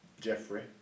Jeffrey